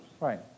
Right